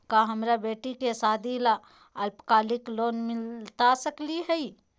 का हमरा बेटी के सादी ला अल्पकालिक लोन मिलता सकली हई?